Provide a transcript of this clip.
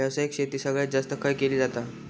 व्यावसायिक शेती सगळ्यात जास्त खय केली जाता?